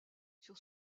sur